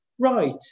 right